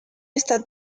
está